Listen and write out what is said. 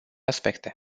aspecte